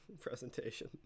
presentation